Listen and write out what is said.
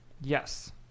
Yes